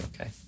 okay